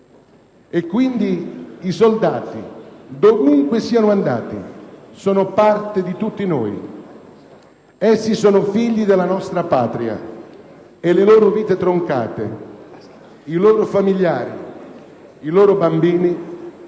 E quindi i soldati, dovunque siano andati, sono parte di tutti noi. Essi sono figli della nostra Patria, e le loro vite troncate, i loro familiari e i loro bambini